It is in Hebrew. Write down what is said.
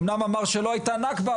אמנם אמר שלא היתה נכבה,